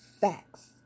facts